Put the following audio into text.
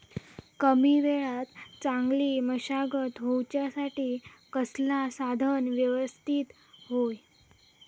कमी वेळात चांगली मशागत होऊच्यासाठी कसला साधन यवस्तित होया?